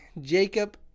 Jacob